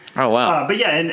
oh wow. but yeah.